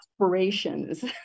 aspirations